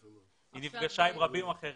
היא נפגשה גם עם רבים אחרים.